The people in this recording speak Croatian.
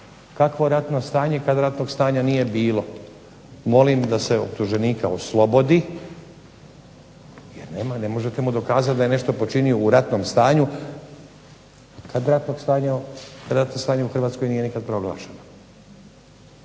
Kakvo ratno stanje kad ratnog stanja nije bilo. Molim da se optuženika oslobodi. Ne možete mu dokazati da je nešto počinio u ratnom stanju kad ratno stanje u Hrvatskoj nije nikad proglašeno.